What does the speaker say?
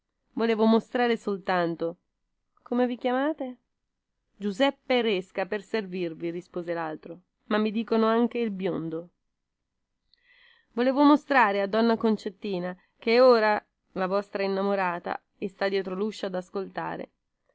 volevo mostrare soltanto come vi chiamate giuseppe resca per servirvi rispose laltro ma mi dicono anche il biondo volevo mostrare a donna concettina che è ora la vostra innamorata e sta dietro luscio ad ascoltare